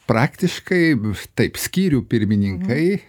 praktiškai taip skyrių pirmininkai